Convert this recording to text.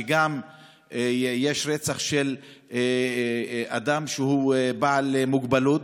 גם שם יש רצח של אדם שהוא בעל מוגבלות,